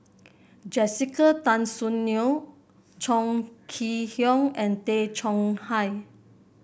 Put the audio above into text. Jessica Tan Soon Neo Chong Kee Hiong and Tay Chong Hai